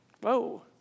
Whoa